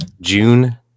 June